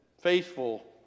faithful